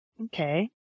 Okay